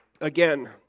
Again